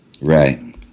Right